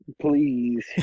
Please